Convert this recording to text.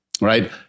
right